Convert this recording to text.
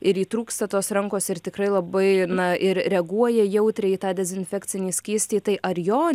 ir įtrūksta tos rankos ir tikrai labai na ir reaguoja jautriai į tą dezinfekcinį skystį tai ar jo